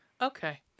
Okay